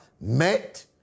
met